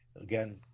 again